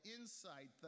insight